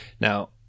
now